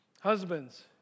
Husbands